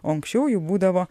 o anksčiau jų būdavo